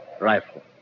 rifle